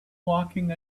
walking